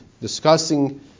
discussing